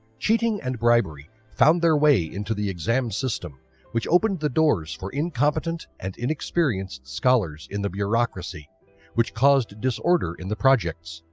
cheating and bribery found their way into the exam system which opened the doors for incompetent and inexperienced scholars in the bureaucracy which caused disorder in the projects,